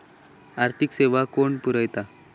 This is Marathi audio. आर्थिक सेवा कोण पुरयता?